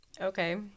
Okay